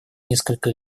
несколько